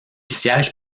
siège